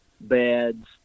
beds